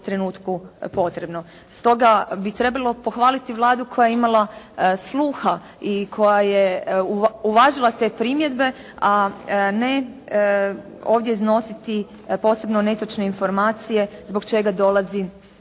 Stoga bi trebalo pohvaliti Vladu koja je imala sluha i koja je uvažila te primjedbe, a ne ovdje iznositi posebno netočne informacije zbog čega dolazi do